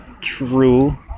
true